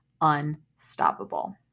unstoppable